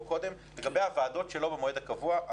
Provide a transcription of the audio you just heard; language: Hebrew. בעניין הוועדות שאינן במועד הקבוע,